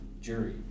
jury